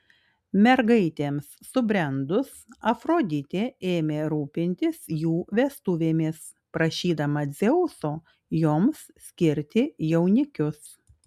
mergaitėms subrendus afroditė ėmė rūpintis jų vestuvėmis prašydama dzeuso joms skirti jaunikius